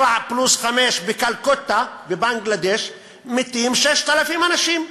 7.5 בכלכותה, בבנגלדש מתים 6,000 אנשים.